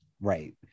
right